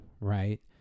right